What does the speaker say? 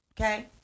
okay